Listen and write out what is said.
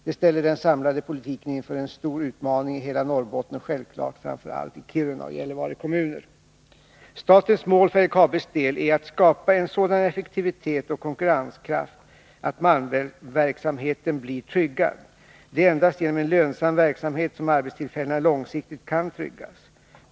Det ställer den samlade politiken inför en stor utmaning i hela Norrbotten och självfallet framför allt i Kiruna och Gällivare kommuner. Statens mål för LKAB:s del är att skapa en sådan effektivitet och konkurrenskraft att malmverksamheten blir tryggad. Det är endast genom en lönsam verksamhet som arbetstillfällena långsiktigt kan tryggas.